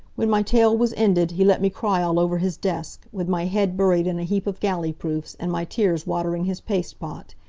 when my tale was ended he let me cry all over his desk, with my head buried in a heap of galley-proofs and my tears watering his paste-pot.